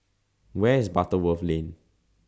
Where IS Butterworth Lane